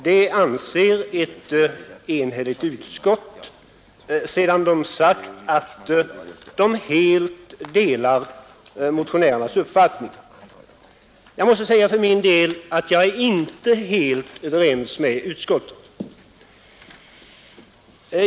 Det anser ett enhälligt utskott, sedan man uttalat att man helt och fullt delar motionärens uppfattning. Jag är inte helt ense med utskottet i dess slutledning.